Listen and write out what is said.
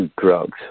drugs